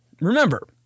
Remember